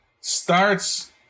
starts